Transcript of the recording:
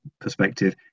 perspective